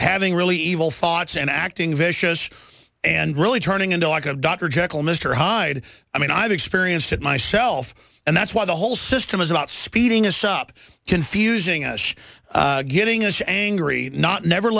having really evil thoughts and acting vicious and really turning into like a dr jekyll mr hyde i mean i've experienced it myself and that's why the whole system is not speeding as stop confusing us getting as angry not never